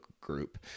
group